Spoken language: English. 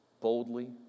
boldly